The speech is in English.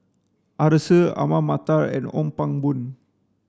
Arasu Ahmad Mattar and Ong Pang Boon